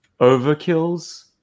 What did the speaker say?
overkill's